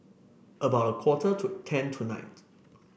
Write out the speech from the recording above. about quarter to ten tonight